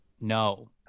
no